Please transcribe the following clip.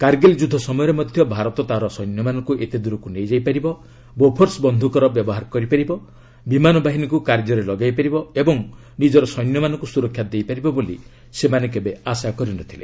କାର୍ଗିଲ୍ ଯୁଦ୍ଧ ସମୟରେ ମଧ୍ୟ ଭାରତ ତାର ସୈନ୍ୟମାନଙ୍କୁ ଏତେ ଦୂରକୁ ନେଇପାରିବ ବୋଫର୍ସ ବନ୍ଧୁକର ବ୍ୟବହାର କରିପାରିବ ବିମାନ ବାହିନୀକୁ କାର୍ଯ୍ୟରେ ଲଗାଇ ପାରିବ ଓ ନିଜର ସୈନ୍ୟମାନଙ୍କୁ ସୁରକ୍ଷା ଦେଇପାରିବ ବୋଲି ସେମାନେ ଆଶା କରିନଥିଲେ